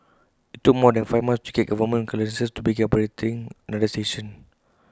IT took more than five months to get government clearances to begin operating another station